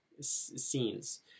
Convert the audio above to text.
scenes